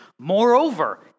Moreover